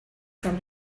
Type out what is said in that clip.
from